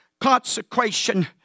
consecration